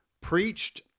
preached